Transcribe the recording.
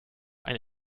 ein